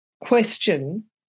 question